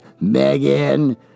Megan